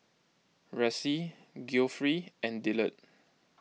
Ressie Geoffrey and Dillard